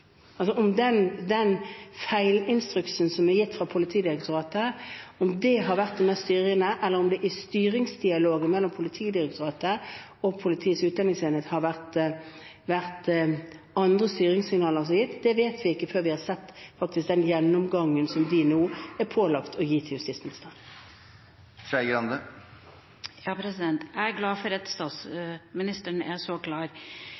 vært det mest styrende, eller om det i styringsdialogen mellom Politidirektoratet og Politiets utlendingsenhet har blitt gitt andre styringssignaler, vet vi ikke før vi faktisk har sett den gjennomgangen som de nå er pålagt å gi justisministeren. Jeg er glad for at statsministeren er så klar.